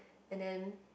and then